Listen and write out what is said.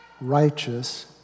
righteous